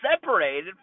Separated